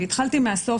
התחלתי מהסוף,